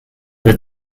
bydd